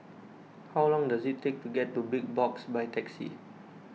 how long does it take to get to Big Box by taxi